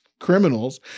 criminals